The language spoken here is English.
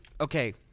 okay